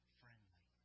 friendly